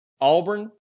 Auburn